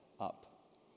up